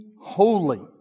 holy